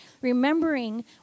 Remembering